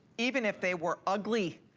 even if they were ugly,